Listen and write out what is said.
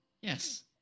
Yes